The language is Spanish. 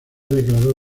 declaró